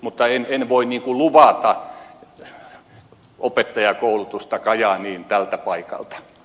mutta en voi luvata opettajankoulutusta kajaaniin tältä paikalta